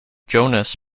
jonas